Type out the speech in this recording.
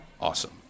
Awesome